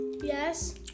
Yes